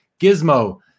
Gizmo